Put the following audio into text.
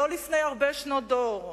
לא לפני הרבה שנות דור,